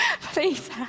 Please